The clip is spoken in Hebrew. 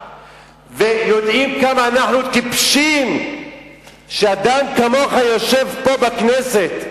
ויודעים כמה אנחנו טיפשים שאדם כמוך יושב פה בכנסת,